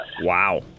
Wow